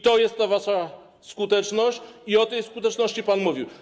To jest ta wasza skuteczność i o tej skuteczności pan mówił.